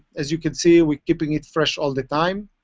as you can see, we're keeping it fresh all the time.